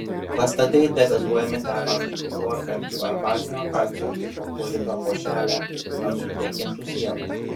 pastatai degazuojami tepant chlorkalkių ar bazinio kalcio hipochlorito košelę ant sudrėkintų sienų